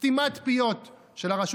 סתימת פיות של הרשות